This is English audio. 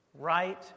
Right